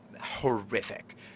Horrific